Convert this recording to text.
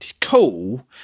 cool